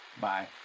Bye